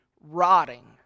rotting